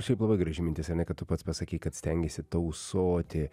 šiaip labai graži mintis ar ne ką tu pats pasakei kad stengiesi tausoti